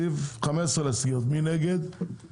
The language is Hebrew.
הצבעה לא אושר.